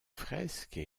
fresques